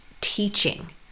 teaching